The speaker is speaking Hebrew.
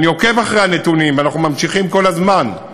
אני עוקב אחרי הנתונים ואנחנו משקיעים כל הזמן.